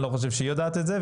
אני לא חושב שהיא יודעת את זה,